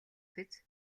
биз